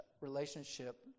relationship